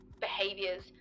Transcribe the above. behaviors